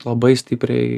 labai stipriai